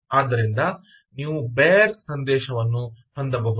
ಆದ್ದರಿಂದ ನೀವು ಬೇರ್ ಸಂದೇಶವನ್ನು ಹೊಂದಬಹುದು